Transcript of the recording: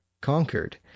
conquered